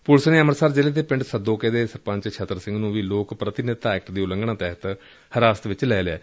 police ਨੇ ਅੰਮਿਤਸਰ ਜ਼ਿਲ੍ਹੇ ਦੇ ਪੰਡ ਸਦੋਕੇ ਦੇ ਸਰਪੰਚ ਛਤਰ ਸਿੰਘ ਨੂੰ ਵੀ ਲੋਕ ਪ੍ਰਤੀਨਿਧਤਾ ਐਕਟ ਦੀ ਉਲੰਘਣਾ ਤਹਿਤ ਹਿਰਾਸਤ ਵਿਚ ਲੈ ਲਿਐ